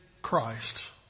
Christ